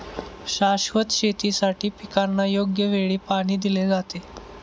शाश्वत शेतीसाठी पिकांना योग्य वेळी पाणी दिले जाते